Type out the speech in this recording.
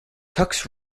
tux